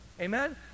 Amen